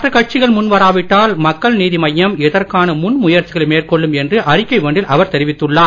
மற்ற கட்சிகள் முன் வராவிட்டால் மக்கள் நீதி மய்யம் இதற்கான முன் முயற்சிகளை மேற்கொள்ளும் என்று அறிக்கை ஒன்றில் அவர் தெரிவித்துள்ளார்